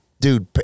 Dude